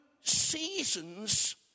seasons